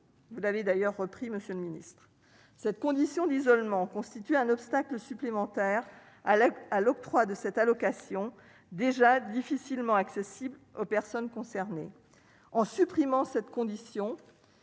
vous l'avez d'ailleurs repris, Monsieur le Ministre, cette condition d'isolement constitue un obstacle supplémentaire à la à l'octroi de cette allocation déjà difficilement accessibles aux personnes concernées. En supprimant cette condition,